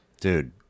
dude